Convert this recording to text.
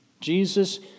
Jesus